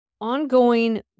ongoing